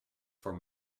voor